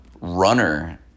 runner